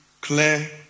clear